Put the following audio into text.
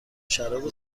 شراب